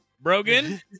Brogan